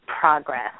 progress